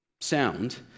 sound